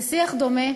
זה שיח דומה,